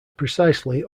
precisely